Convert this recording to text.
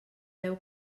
déu